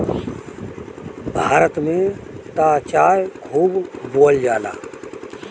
भारत में त चाय खूब बोअल जाला